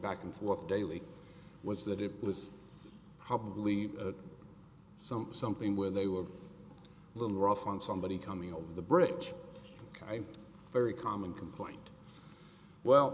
back and forth daily was that it was probably some something where they were a little rough on somebody coming over the bridge very common complaint well